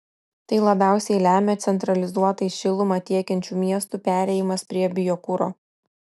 tai labiausiai lemia centralizuotai šilumą tiekiančių miestų perėjimas prie biokuro